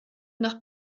nach